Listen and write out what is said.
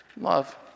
Love